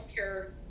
healthcare